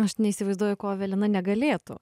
aš neįsivaizduoju ko evelina negalėtų